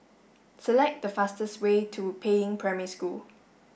select the fastest way to Peiying Primary School